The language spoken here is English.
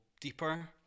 deeper